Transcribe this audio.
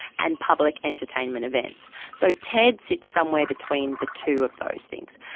and public entertainment events. so ted sits somewhere between the two of those things.